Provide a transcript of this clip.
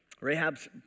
Rahab's